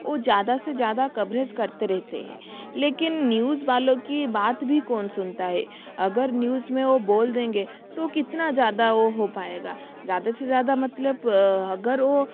ओ ज़्यादा से ज़्यादा कवरेज़ कवरेज़ करते रहते है लेकिन न्यूज़ वालों की बात भी कौन सुनता है अगर न्यूज़ में ओ बोल देंगे तो कितना ज़्यादा ओ हो पाएगा ज़्यादा से ज़्यादा मतलब अगर वो